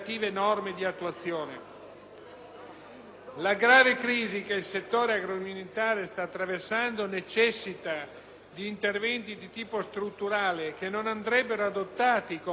La grave crisi che il settore agroalimentare sta attraversando necessita di interventi di tipo strutturale, che non andrebbero adottati con provvedimenti emergenziali.